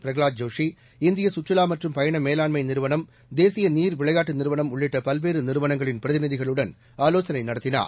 பிரகலாத் ஜோஷி இந்திய கற்றுலா மற்றும் பயண மேவாண்மை நிறுவனம் தேசிய நீர் விளையாட்டு நிறுவனம் உள்ளிட்ட பல்வேறு நிறுவனங்களின் பிரதிநிதிகளுடன் ஆலோசனை நடத்தினார்